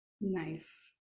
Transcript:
Nice